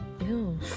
Ew